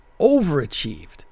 overachieved